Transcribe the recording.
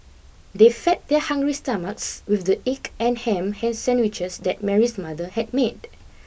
they fed their hungry stomachs with the egg and ham ham sandwiches that Mary's mother had made